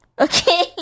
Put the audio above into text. okay